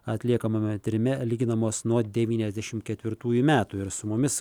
atliekamame tyrime lyginamos nuo devyniasdešim ketvirtųjų metų ir su mumis